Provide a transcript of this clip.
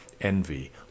envy